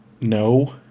no